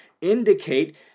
indicate